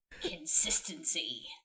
Consistency